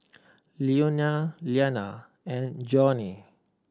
Leonia Iyana and Johnie